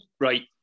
Right